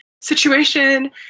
situation